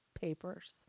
papers